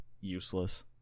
useless